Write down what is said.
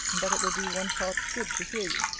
that it will do one's heart good to hear you.